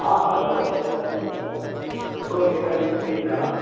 हा हा दादा शौंक़ु सां लिखायो हिकिड़ो सेकंड मां पेन खणां